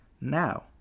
Now